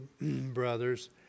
brothers